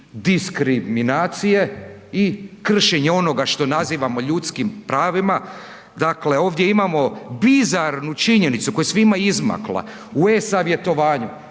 diskriminacije i kršenja onoga što nazivamo ljudskim pravima. Dakle, ovdje imamo bizarnu činjenicu koja je svima izmakla u e-Savjetovanju